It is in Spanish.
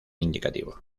indicativo